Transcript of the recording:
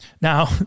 Now